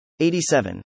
87